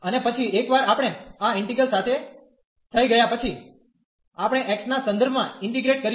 અને પછી એકવાર આપણે આ ઇન્ટિગ્રલ સાથે થઈ ગયા પછી આપણે x ના સંદર્ભમાં ઇન્ટીગ્રેટ કરીશું